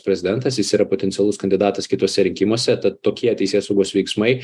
prezidentas jis yra potencialus kandidatas kituose rinkimuose tad tokie teisėsaugos veiksmai